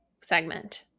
segment